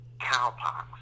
cowpox